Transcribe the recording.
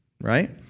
right